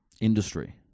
industry